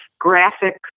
Graphic